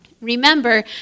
Remember